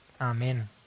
Amen